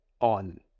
on